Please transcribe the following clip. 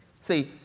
see